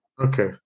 Okay